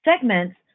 segments